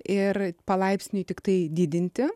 ir palaipsniui tiktai didinti